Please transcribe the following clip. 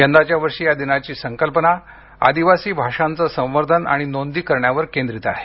यंदाच्या वर्षी या दिनाची संकल्पना आदिवासी भाषांचे संवर्धन आणि नोंदी करण्यावर केंद्रित आहे